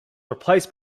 replaced